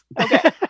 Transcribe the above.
okay